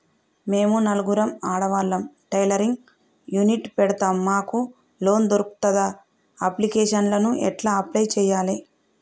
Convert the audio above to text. మేము నలుగురం ఆడవాళ్ళం టైలరింగ్ యూనిట్ పెడతం మాకు లోన్ దొర్కుతదా? అప్లికేషన్లను ఎట్ల అప్లయ్ చేయాలే?